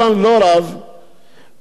ביקשתי משר התקשורת,